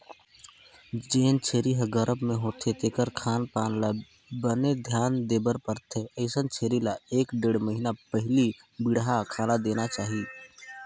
जेन छेरी ह गरभ म होथे तेखर खान पान ल बने धियान देबर परथे, अइसन छेरी ल एक ढ़ेड़ महिना पहिली बड़िहा खाना देना चाही